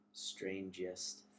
strangest